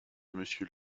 monsieur